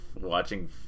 watching